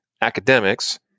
academics